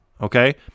Okay